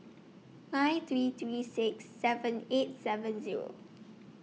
nine three three six seven eight seven Zero